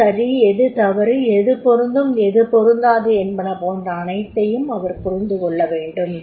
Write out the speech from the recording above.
எது சரி எது தவறு எது பொருந்தும் எது பொருந்தாது என்பன போன்ற அனைத்தையும் அவர் புரிந்துகொள்ளவேண்டும்